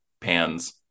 pans